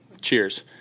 cheers